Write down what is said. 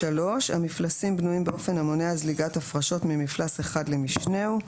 המפלסים בנויים באופן המונע זליגת הפרשות מפלס אחד למשנהו.